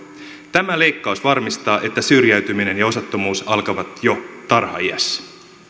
tämä leikkaus varmistaa että syrjäytyminen ja osattomuus alkavat jo tarhaiässä